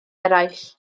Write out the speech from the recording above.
eraill